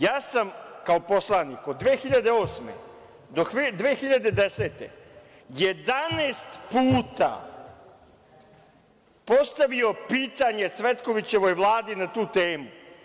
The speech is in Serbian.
Ja sam kao poslanik od 2008. do 2010. godine 11 puta postavio pitanje Cvetkovićevoj vladi na tu temu.